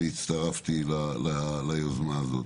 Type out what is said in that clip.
ואני הצטרפתי ליוזמה הזאת.